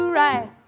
right